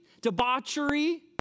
debauchery